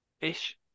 ish